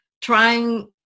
trying